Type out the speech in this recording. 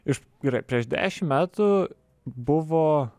iš gerai prieš dešim metų buvo